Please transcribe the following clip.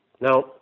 now